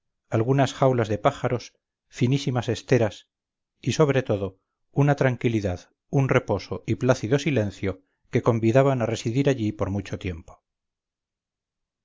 algunas jaulas de pájaros finísimas esteras y sobre todo una tranquilidad un reposo y plácido silencio que convidaban a residir allí por mucho tiempo